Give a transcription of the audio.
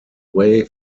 way